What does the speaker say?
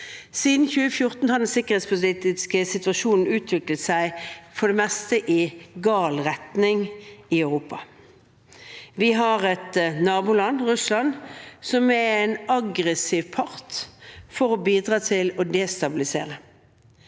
Siden 2014 har den sikkerhetspolitiske situasjonen for det meste utviklet seg i gal retning i Europa. Vi har et naboland, Russland, som er en aggressiv part for å bidra til å destabilisere.